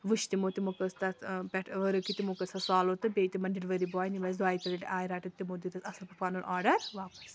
وٕچھ تِمو تِمو کٔر تَتھ پٮ۪ٹھ ؤرٕک کہِ تِمو کٔر سۄ سالٕو تہٕ بیٚیہِ تِمَن ڈِلؤری بایَن یِم اَسہِ دۄیہِ ترٛیہِ لَٹہِ آے رَٹٕنۍ تِمو دیُت اَسہِ اَصٕل پٲٹھۍ پَنُن آرڈَر واپَس